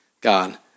God